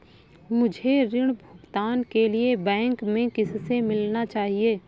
मुझे ऋण भुगतान के लिए बैंक में किससे मिलना चाहिए?